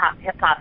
hip-hop